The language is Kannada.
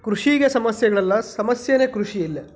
ಕೃಷಿಗೆ ಸಮಸ್ಯೆಗಳಲ್ಲ ಸಮಸ್ಯೆನೇ ಕೃಷಿ ಇಲ್ಲಿ